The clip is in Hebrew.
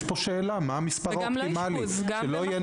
יש פה שאלה מהו המספר האופטימלי שלא יהיה